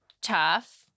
tough